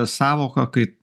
sąvoka kai